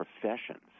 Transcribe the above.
professions